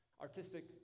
artistic